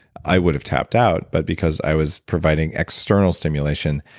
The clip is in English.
i would have tapped out, but because i was providing external stimulation,